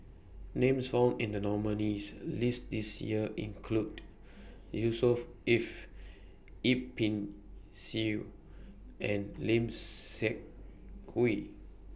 Names found in The nominees' list This Year include Yusnor Ef Yip Pin Xiu and Lim Seok Hui